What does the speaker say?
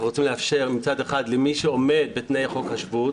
אנחנו רוצים לאפשר מצד אחד למי שעומד בתנאי חוק השבות,